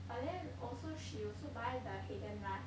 but then also also she also buy the Haagen Dazs